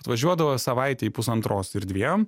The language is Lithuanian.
atvažiuodavo savaitei pusantros ir dviem